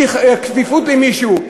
בלי כפיפות למישהו.